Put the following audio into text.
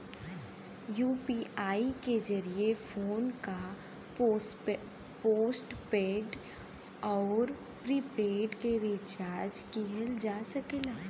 UPI के जरिये phone क पोस्टपेड आउर प्रीपेड के रिचार्ज किहल जा सकला